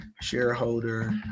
shareholder